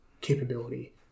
capability